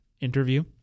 interview